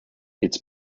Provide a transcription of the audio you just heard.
its